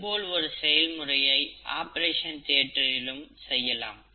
இதேபோல் ஒரு செயல்முறையை ஆபரேஷன் தியேட்டரிலும் செய்யலாம்